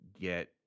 get